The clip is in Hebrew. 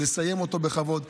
לסיים אותו בכבוד.